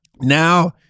now